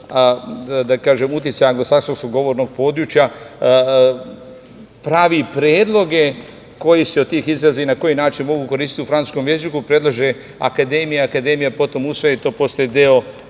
uticaja od anglosaksonskog govornog područja pravi predloge koji se od tih izraza i na koji način mogu koristiti u francuskom jeziku. Predlaže Akademiji. Akademija potom to usvaja i to postaje deo